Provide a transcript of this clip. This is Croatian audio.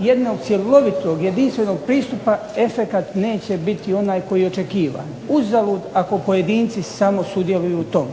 jednog cjelovitog, jedinstvenog pristupa efekat neće biti onaj koji je očekivan. Uzalud ako pojedinci samo sudjeluju u tome.